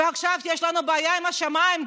ועכשיו יש לנו בעיה עם השמיים,